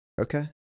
Okay